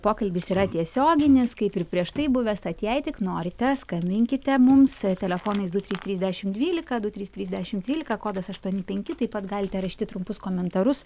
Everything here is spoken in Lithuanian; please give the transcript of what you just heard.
pokalbis yra tiesioginis kaip ir prieš tai buvęs tad jei tik norite skambinkite mums telefonais du trys trys dešim dvylika du trys trys dešim trylika kodas ašutoni penki taip pat galite rašyti trumpus komentarus